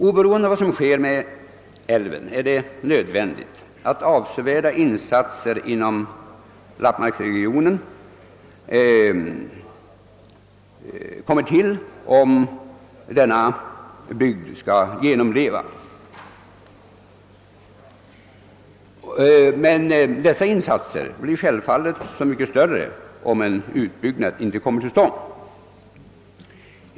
Oberoende av vad som sker med älven är det nödvändigt att avsevärda insatser görs inom lappmarksregionen, om denna bygd skall överleva, men dessa insatser måste självfallet bli mycket större om en utbyggnad inte kommer till stånd.